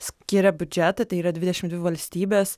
skiria biudžetą tai yra dvidešim dvi valstybės